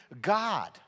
God